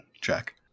check